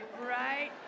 right